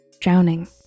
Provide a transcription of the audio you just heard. drowning